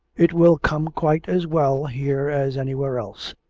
it will come quite as well here as anywhere else.